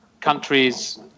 countries